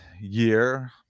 year